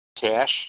Cash